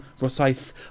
Rosyth